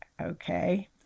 Okay